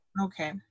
okay